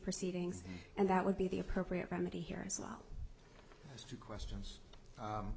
proceedings and that would be the appropriate remedy here as well as two questions